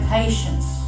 patience